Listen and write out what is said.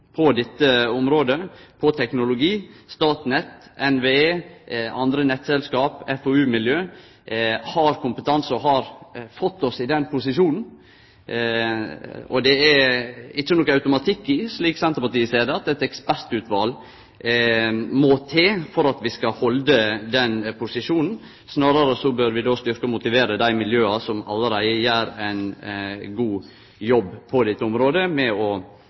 på teknologikompetanse på dette området. Statnett, NVE, andre nettselskap og FoU-miljø har kompetanse og har fått oss i den posisjonen. Det er ikkje automatikk i – slik Senterpartiet ser det – at et ekspertutval må til for at vi skal halde den posisjonen. Snarare bør vi styrkje og motivere dei miljøa som allereie gjer ein god jobb på dette området med å